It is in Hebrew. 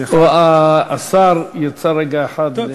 השר יצא לרגע אחד.